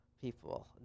people